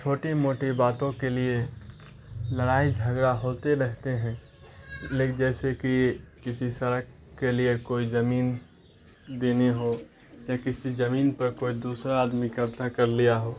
چھوٹی موٹی باتوں کے لیے لڑائی جھگڑا ہوتے رہتے ہیں لیک جیسے کہ کسی سڑک کے لیے کوئی زمین دینے ہو یا کسی زمین پر کوئی دوسرا آدمی قبصہ کر لیا ہو